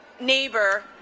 neighbor